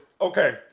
Okay